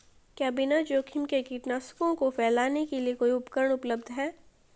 क्या बिना जोखिम के कीटनाशकों को फैलाने के लिए कोई उपकरण उपलब्ध है?